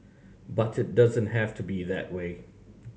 but it doesn't have to be that way